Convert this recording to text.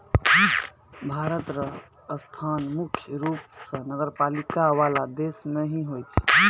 भारत र स्थान मुख्य रूप स नगरपालिका वाला देश मे ही होय छै